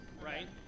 right